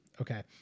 Okay